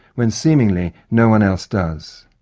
when seemingly no-one else does?